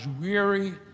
weary